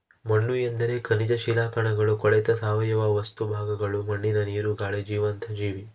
ಮಣ್ಣುಎಂದರೆ ಖನಿಜ ಶಿಲಾಕಣಗಳು ಕೊಳೆತ ಸಾವಯವ ವಸ್ತು ಭಾಗಗಳು ಮಣ್ಣಿನ ನೀರು, ಗಾಳಿ ಜೀವಂತ ಜೀವಿ